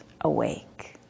awake